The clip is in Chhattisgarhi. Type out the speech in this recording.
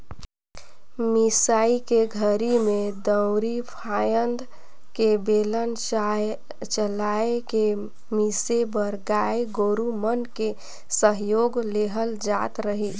मिसई के घरी में दउंरी फ़ायन्द के बेलन चलाय के मिसे बर गाय गोरु मन के सहयोग लेहल जात रहीस